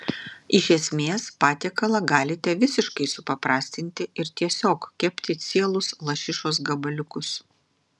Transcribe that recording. iš esmės patiekalą galite visiškai supaprastinti ir tiesiog kepti cielus lašišos gabaliukus